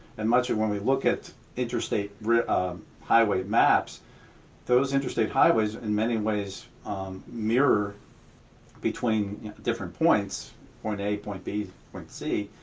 and much of when we look at interstate highway maps those interstate highways in many ways mirror between different points point a, point b, point c